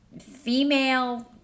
female